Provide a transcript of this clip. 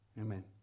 Amen